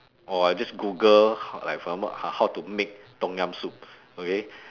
or I just google how like for example how to make tom-yum soup okay